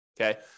Okay